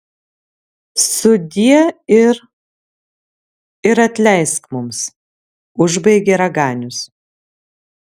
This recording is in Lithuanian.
sudie ir ir atleisk mums užbaigė raganius